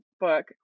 book